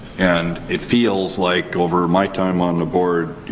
and it feels like over my time on the board,